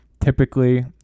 typically